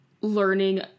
learning